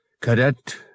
Cadet